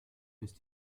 ist